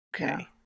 Okay